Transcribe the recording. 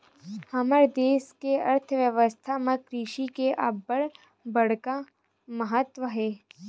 हमर देस के अर्थबेवस्था म कृषि के अब्बड़ बड़का महत्ता हे